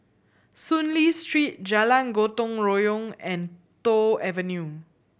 Soon Lee Street Jalan Gotong Royong and Toh Avenue